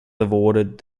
awarded